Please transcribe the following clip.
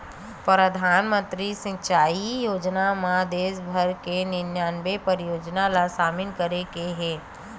परधानमंतरी कृषि सिंचई योजना म देस भर म निनानबे परियोजना ल सामिल करे गे हे